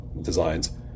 designs